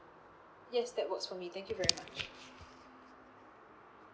yes that works for me thank you very much